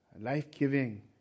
Life-giving